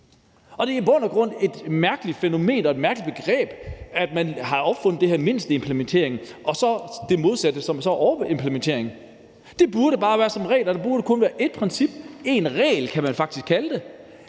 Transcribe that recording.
det er i bund og grund et mærkeligt fænomen og et mærkeligt begreb, man har opfundet med den her minimumsimplementering, og så det modsatte, som er overimplementering. Det burde bare være sådan, at der kun var ét princip eller én regel, kunne man faktisk kalde det,